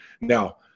Now